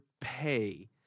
pay